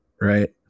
Right